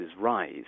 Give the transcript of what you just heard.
rise